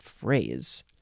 phrase